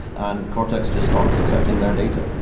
and cortex just starts accepting their data.